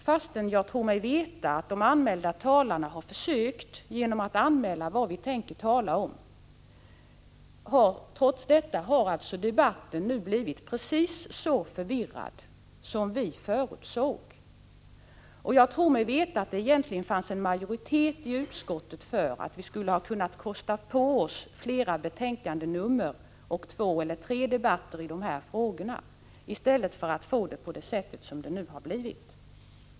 Fastän de anmälda talarna har försökt meddela vad de tänker tala om har debatten nu blivit precis så förvirrad som vi förutsåg. Jag tror mig veta att det egentligen fanns en majoritet i utskottet för att vi skulle ha kunnat kosta på oss fler betänkanden och två eller tre debatter i dessa frågor i stället för att få det på det här sättet.